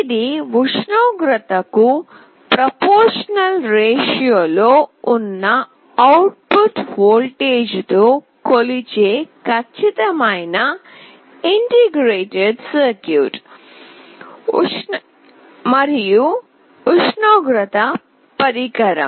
ఇది ఉష్ణోగ్రతకు సరళ నిష్పత్తిలో ఉన్న అవుట్ పుట్ వోల్టేజ్తో కొలిచే ఖచ్చితమైన ఇంటిగ్రేటెడ్ సర్క్యూట్ ఉష్ణోగ్రత పరికరం